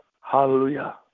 Hallelujah